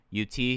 UT